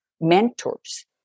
mentors